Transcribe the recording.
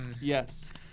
Yes